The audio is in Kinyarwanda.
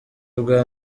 bwa